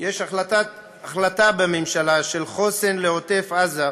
יש החלטה בממשלה על חוסן לעוטף-עזה,